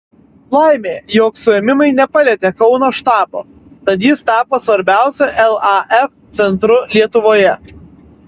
laimė jog suėmimai nepalietė kauno štabo tad jis tapo svarbiausiu laf centru lietuvoje